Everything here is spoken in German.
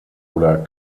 oder